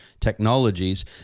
technologies